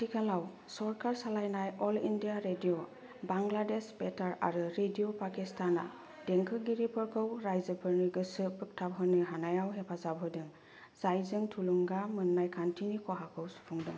आथिखालाव सरखार सालायनाय अल इण्डिया रेडिय' बांग्लादेश बेतार आरो रेडिय' पाकिस्तानआ देंखोगिरिफोरखौ रायजोफोरनि गोसो बोखथाबहोनो हानायाव हेफाजाब होदों जायजों थुलुंगा मोननाय खान्थिनि खहाखौ सुफुंदों